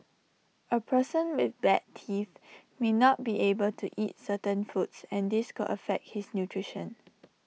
A person with bad teeth may not be able to eat certain foods and this could affect his nutrition